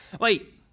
Wait